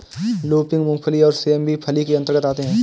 lupin, मूंगफली और सेम भी फली के अंतर्गत आते हैं